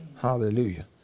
Hallelujah